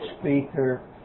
speaker